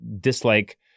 dislike